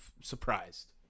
surprised